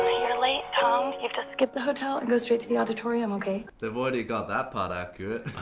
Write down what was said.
you're late, tom. you've to skip the hotel and go straight to the auditorium, okay? they've already got that part accurate.